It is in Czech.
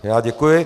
Já děkuji.